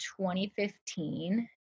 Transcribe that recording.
2015